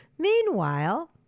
meanwhile